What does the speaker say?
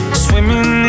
swimming